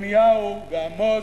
ירמיהו ועמוס,